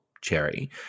Cherry